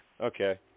Okay